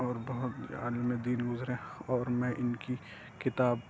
اور بہت عالمِ دین گزرے اور میں اِن کی کتاب